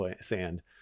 Sand